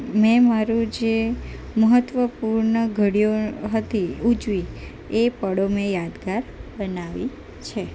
મેં મારું જે મહત્ત્વપૂર્ણ ઘડીઓ હતી ઉજવી એ પળો અમે યાદગાર બનાવી છે